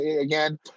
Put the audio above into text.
again